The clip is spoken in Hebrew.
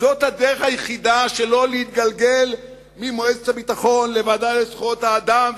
זאת הדרך היחידה שלא להתגלגל ממועצת הביטחון לוועדה לזכויות האדם,